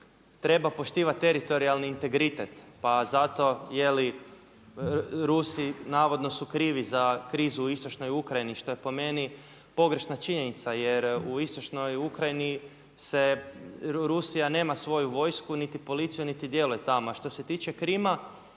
treba poštivati teritorijalni integritet pa zato Rusi navodno su krivi za krizu istočnoj Ukrajini što je po meni pogrešna činjenica jer u istočnoj Ukrajini Rusija nema svoju vojsku niti policiju, niti djeluje tamo. A što se tiče Krima,